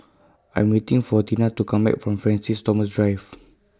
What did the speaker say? I'm waiting For Tina to Come Back from Francis Thomas Drive